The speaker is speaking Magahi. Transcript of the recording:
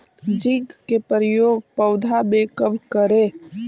जिंक के प्रयोग पौधा मे कब करे?